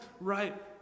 right